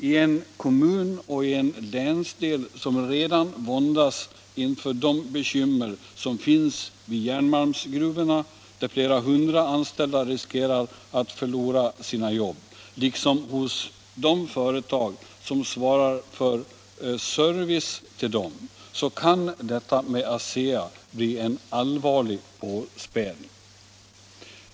I en kommun och i en länsdel som redan våndas inför de bekymmer som finns vid järnmalmsgruvorna, där flera hundra anställda riskerar att förlora sina jobb, liksom hos de företag som svarar för service till dessa, så kan detta med ASEA bli en allvarlig påspädning.